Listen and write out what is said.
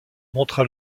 montra